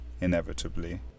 inevitably